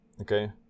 Okay